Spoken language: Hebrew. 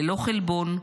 ללא חלבון,